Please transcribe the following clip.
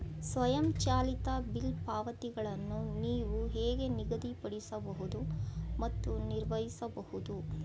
ಸ್ವಯಂಚಾಲಿತ ಬಿಲ್ ಪಾವತಿಗಳನ್ನು ನೀವು ಹೇಗೆ ನಿಗದಿಪಡಿಸಬಹುದು ಮತ್ತು ನಿರ್ವಹಿಸಬಹುದು?